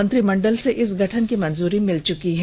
मंत्रिमंडल से इसके गठन की मंजूरी मिल चुकी है